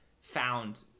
found